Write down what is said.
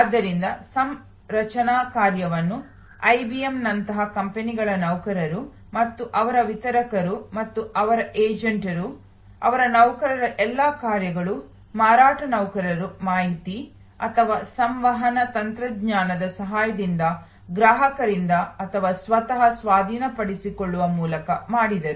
ಆದ್ದರಿಂದ ಸಂರಚನಾ ಕಾರ್ಯವನ್ನು ಐಬಿಎಂನಂತಹ ಕಂಪನಿಗಳ ನೌಕರರು ಮತ್ತು ಅವರ ವಿತರಕರು ಮತ್ತು ಅವರ ಏಜೆಂಟರು ಅವರ ನೌಕರರ ಎಲ್ಲಾ ಕಾರ್ಯಗಳು ಮಾರಾಟ ನೌಕರರು ಮಾಹಿತಿ ಅಥವಾ ಸಂವಹನ ತಂತ್ರಜ್ಞಾನದ ಸಹಾಯದಿಂದ ಗ್ರಾಹಕರಿಂದ ಅಥವಾ ಸ್ವತಃ ಸ್ವಾಧೀನಪಡಿಸಿಕೊಳ್ಳುವ ಮೂಲಕ ಮಾಡಿದರು